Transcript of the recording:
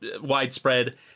widespread